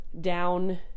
down